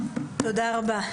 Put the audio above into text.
תודה רבה.